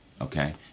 Okay